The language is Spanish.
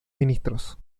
ministros